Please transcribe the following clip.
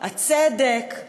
הצדק,